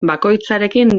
bakoitzarekin